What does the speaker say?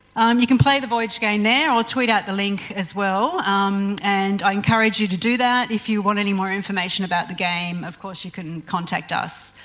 um you can play the voyage game there or tweet out the link as well um and i encourage you to do that. if you want any more information about the game of course you can contact us.